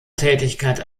tätigkeit